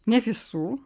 ne visų